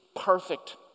perfect